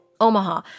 Omaha